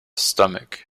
stomach